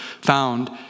found